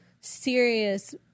serious